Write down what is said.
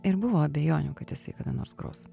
ir buvo abejonių kad jisai kada nors gros